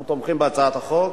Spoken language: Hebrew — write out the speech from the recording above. אנחנו תומכים בהצעת החוק.